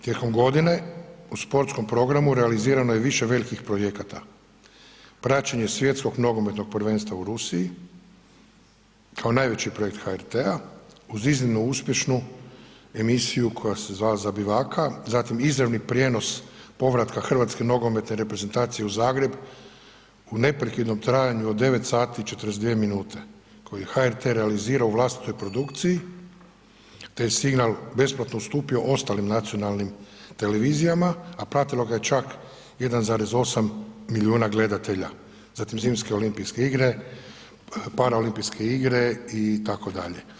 Tijekom godine u sportskom programu realizirano je više velikih projekata, praćenje Svjetskog nogometnog prvenstva u Rusiji kao najveći projekt HRT-a uz iznimno uspješnu koja se zvala „Zabivaka“, zatim izravni prijenos povratka Hrvatske nogometne reprezentacije u Zagreb u neprekidnom trajanju od 9 sati i 42 minute koju je HRT realizirao u vlastitoj produkciji te je signal besplatno ustupio ostalim nacionalnim televizijama, a pratilo ga je čak 1,8 milijuna gledatelja, zatim Zimske olimpijske igre, Paraolimpijske igre itd.